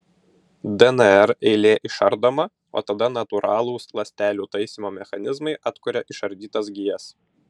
dnr eilė išardoma o tada natūralūs ląstelių taisymo mechanizmai atkuria išardytas gijas